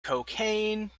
cocaine